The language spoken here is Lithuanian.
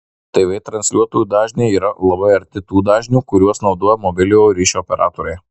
tv transliuotojų dažniai yra labai arti tų dažnių kuriuos naudoja mobiliojo ryšio operatoriai